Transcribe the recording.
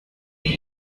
like